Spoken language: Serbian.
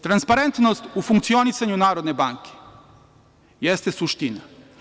Transparentnost u funkcionisanju Narodne banke jeste suština.